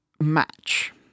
Match